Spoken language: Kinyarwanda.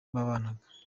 babanaga